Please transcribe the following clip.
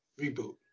reboot